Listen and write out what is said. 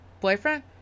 boyfriend